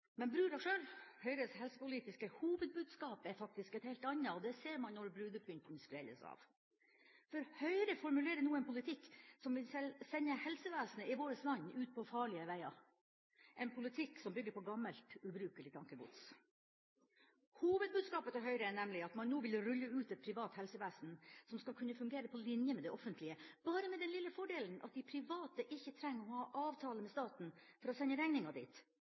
Men bruda sjøl – Høyres helsepolitiske hovedbudskap – er faktisk noe heilt annet, og det ser man når brudepynten skrelles av. For Høyre formulerer nå en politikk som vil sende helsevesenet i vårt land ut på farlige veger, en politikk som bygger på gammelt, ubrukelig tankegods. Hovedbudskapet til Høyre er nemlig at man nå vil rulle ut et privat helsevesen som skal kunne fungere på linje med det offentlige, bare med den lille fordelen at de private ikke trenger å ha avtale med staten for å sende regninga dit